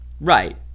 Right